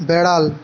বেড়াল